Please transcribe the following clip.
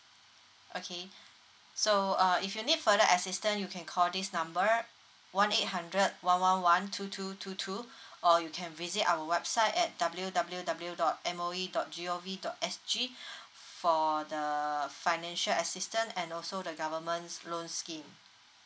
okay so uh if you need further assistance you can call this number one eight hundred one one one two two two two or you can visit our website at W W W dot M_O_E dot G_O_V dot S_G for the financial assistance and also the government's loan scheme